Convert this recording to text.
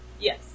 Yes